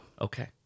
Okay